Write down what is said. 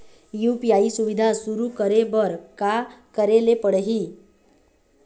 UPI सुविधा शुरू करे बर का करे ले पड़ही?